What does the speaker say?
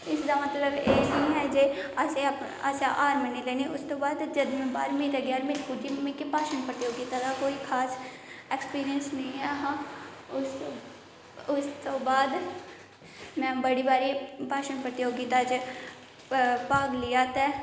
इसदा मतलब एह् नेई है जे असें हार मन्नी लेनी उस तू बाद बाह्रमीं पुज्जी ते मिगी भाशन प्रतियोगिता च कोई खास ऐक्सपिरियंस नेईं हा उस तू बाद में बडी बारी भाशन प्रतियोगिता च भाग लेआ ते